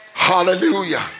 Hallelujah